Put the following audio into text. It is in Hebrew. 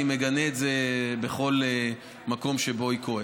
אני מגנה את זה בכל מקום שבו היא קורית.